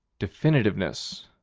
definiteness